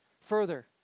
Further